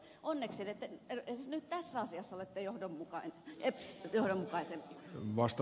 onneksi te edes nyt tässä asiassa olette johdonmukaisempi